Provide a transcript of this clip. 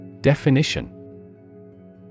Definition